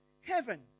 heaven